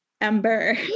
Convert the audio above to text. ember